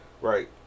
right